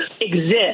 exist